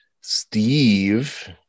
Steve